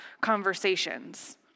conversations